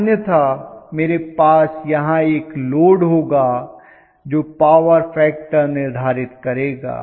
अन्यथा मेरे पास यहां एक लोड होगा जो पावर फैक्टर निर्धारित करेगा